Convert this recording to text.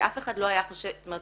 שאף אחד לא היה חושב --- זאת אומרת,